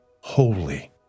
Holy